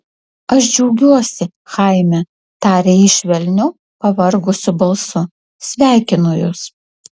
aš džiaugiuosi chaime tarė ji švelniu pavargusiu balsu sveikinu jus